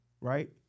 right